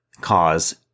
cause